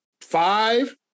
five